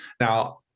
Now